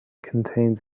contains